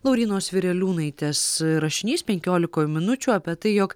laurynos vireliūnaitės rašinys penkiolikoj minučių apie tai jog